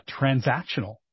Transactional